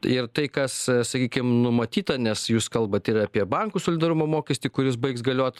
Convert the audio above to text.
ir tai kas sakykim numatyta nes jūs kalbat ir apie bankų solidarumo mokestį kuris baigs galiot